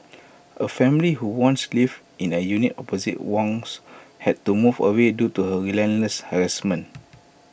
A family who once lived in A unit opposite Wang's had to move away due to her relentless harassment